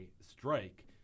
strike